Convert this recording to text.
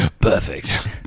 Perfect